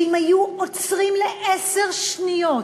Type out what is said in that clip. שאם היו עוצרים לעשר שניות